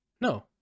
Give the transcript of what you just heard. No